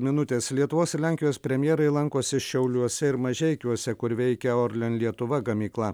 minutės lietuvos ir lenkijos premjerai lankosi šiauliuose ir mažeikiuose kur veikia orlen lietuva gamykla